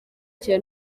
cya